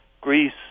Greece